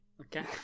okay